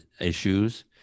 issues